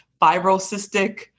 fibrocystic